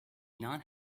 not